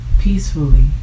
peacefully